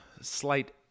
slight